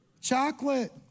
chocolate